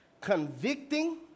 convicting